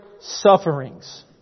sufferings